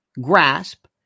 grasp